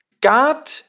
God